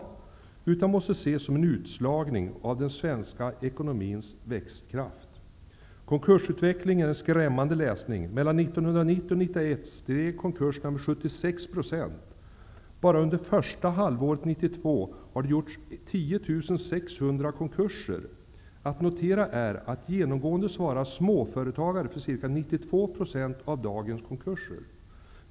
En konkurs måste ses som en utslagning av den svenska ekonomins växtkraft. Konkursutvecklingen är en skrämmande läsning. Bara under första halvåret 1992 har det förekommit 10 600 konkurser. Att notera är att genomgående svarar småföretagare för ca 92 % av dagens konkurser.